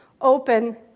open